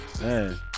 Man